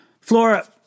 Flora